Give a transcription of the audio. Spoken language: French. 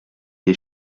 des